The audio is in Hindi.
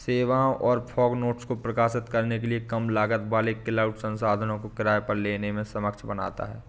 सेवाओं और फॉग नोड्स को प्रकाशित करने के लिए कम लागत वाले क्लाउड संसाधनों को किराए पर लेने में सक्षम बनाता है